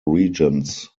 regents